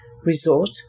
resort